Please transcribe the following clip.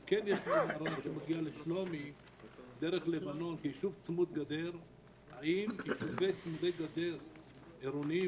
זה שאנחנו בשלומי עלינו היום מחמש לשש זו בשורה גדולה לשלומי,